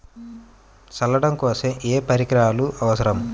చల్లడం కోసం ఏ పరికరాలు అవసరం?